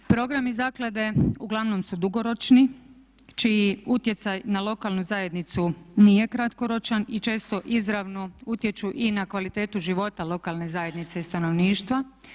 Programi zaklade uglavnom su dugoročni čiji utjecaj na lokalnu zajednicu nije kratkoročan i često izravno utječu i na kvalitetu života lokalne zajednice i stanovništva.